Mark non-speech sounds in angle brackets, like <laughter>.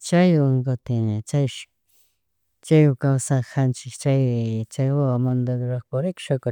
Chaywan kutin chaypish, chaywan kawsajanchik chay <hesitation> chaymantadota ruradorkarka purikchushaka,